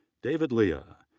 david leah,